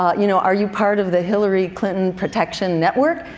um you know are you part of the hillary clinton production network?